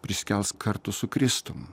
prisikels kartu su kristum